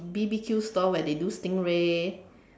B_B_Q store where they do stingray